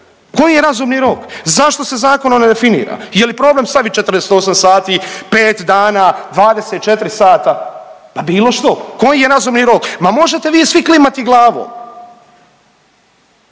Koji je razumni rok? Zašto se Zakonom ne definira? Je li problem staviti 48 sati, 5 dana, 24 sata? Pa bilo što. Koji je razumni rok? Ma možete vi svi klimati glavom.